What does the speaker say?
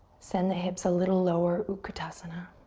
send the hips a little lower, utkatasana,